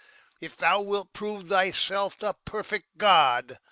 if thou wilt prove thyself a perfect god,